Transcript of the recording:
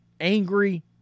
angry